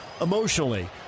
emotionally